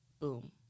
Boom